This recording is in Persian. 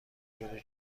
شده